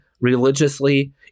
religiously